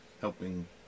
helping